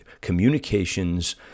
communications